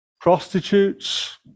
prostitutes